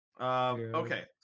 Okay